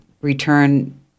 return